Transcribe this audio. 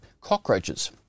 cockroaches